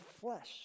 flesh